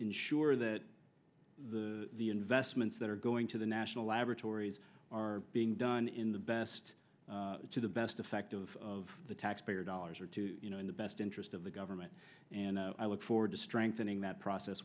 ensure that the investments that are going to the national laboratories are being done in the best to the best effect of the taxpayer dollars are to you know in the best interest of the government and i look forward to strengthening that process